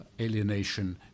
alienation